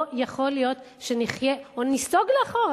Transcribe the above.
לא יכול להיות שנחיה, או ניסוג לאחור.